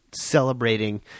celebrating